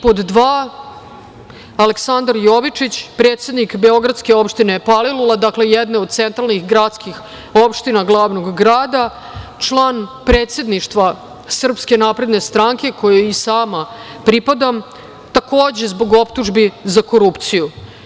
Pod dva, Aleksandar Jovičić, predsednik beogradske opštine Palilula, dakle jedne od centralnih gradskih opština glavnog grada, član predsedništva SNS kojoj i sama pripadam, takođe zbog optužbi za korupciju.